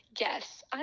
Yes